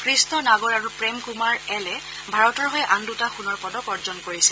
কৃষ্ণ নাগৰ আৰু প্ৰেম কুমাৰ এলে ভাৰতৰ হৈ আন দুটা সোণৰ পদক অৰ্জন কৰিছে